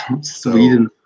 Sweden